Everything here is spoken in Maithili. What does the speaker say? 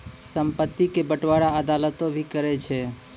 संपत्ति के बंटबारा अदालतें भी करै छै